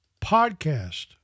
podcast